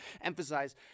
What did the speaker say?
emphasize